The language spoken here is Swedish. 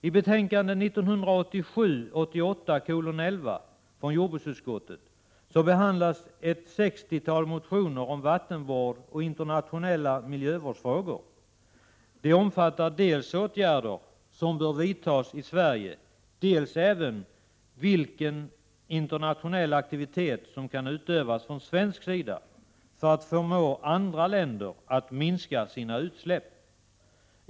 I betänkandet 1987/88:11 från jordbruksutskottet behandlas ett sextiotal motioner om vattenvård och internationella miljövårdsfrågor. De omfattar dels åtgärder som bör vidtas i Sverige, dels även frågor om vilken internationell aktivitet som kan utövas från svensk sida för att förmå andra länder att minska sina utsläpp.